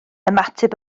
ymateb